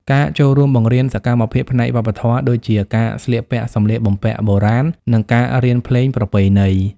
ការចូលរួមបង្រៀនសកម្មភាពផ្នែកវប្បធម៌ដូចជា ការស្លៀកពាក់សម្លៀកបំពាក់បុរាណ និងការរៀនភ្លេងប្រពៃណី។